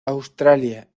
australia